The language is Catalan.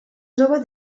troba